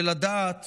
ולדעת